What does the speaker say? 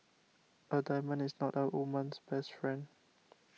a diamond is not a woman's best friend